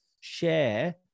share